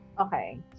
Okay